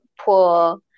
poor